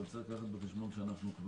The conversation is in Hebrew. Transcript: אבל צריך לקחת בחשבון שאנחנו,